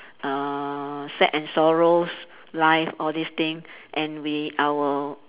uh sad and sorrows life all these thing and we our